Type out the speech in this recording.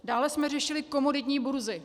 Dále jsme řešili komoditní burzy.